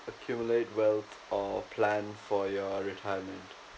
accumulate wealth or plan for your retirement